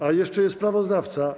A, jeszcze jest sprawozdawca.